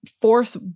force